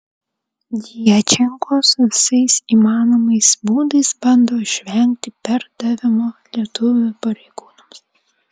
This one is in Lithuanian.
djačenkos visais įmanomais būdais bando išvengti perdavimo lietuvių pareigūnams